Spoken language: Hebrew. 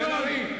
בן-ארי.